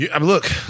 Look